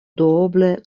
duoble